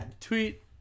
Tweet